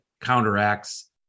counteracts